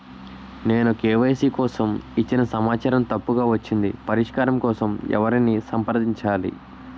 నేను కే.వై.సీ కోసం ఇచ్చిన సమాచారం తప్పుగా వచ్చింది పరిష్కారం కోసం ఎవరిని సంప్రదించాలి?